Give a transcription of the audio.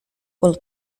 will